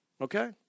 Okay